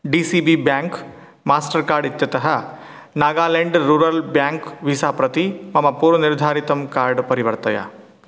D C B bank Mastercard इत्यतः Nagaland rural bank Visa प्रति मम पूर्वनिर्धारितं कार्ड् परिवर्तय